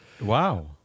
Wow